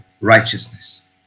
righteousness